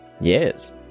Yes